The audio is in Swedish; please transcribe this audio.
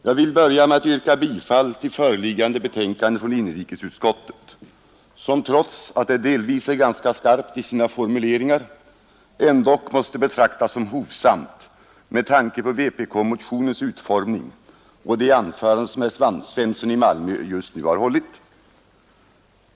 Jag vill börja med att yrka bifall till förslagen i föreliggande betänkande från inrikesutskottet som trots att det delvis är ganska skarpt i sina formuleringar ändock måste betecknas som hovsamt med tanke på vpk-motionens utformning och det anförande som herr Svensson i Malmö just nu hållit.